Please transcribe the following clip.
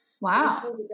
Wow